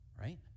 right